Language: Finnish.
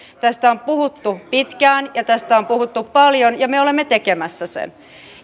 tästä on puhuttu pitkään ja tästä on puhuttu paljon ja me olemme tekemässä sen